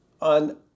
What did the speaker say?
on